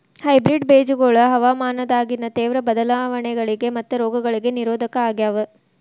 hybrid ಬೇಜಗೊಳ ಹವಾಮಾನದಾಗಿನ ತೇವ್ರ ಬದಲಾವಣೆಗಳಿಗ ಮತ್ತು ರೋಗಗಳಿಗ ನಿರೋಧಕ ಆಗ್ಯಾವ